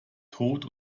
tod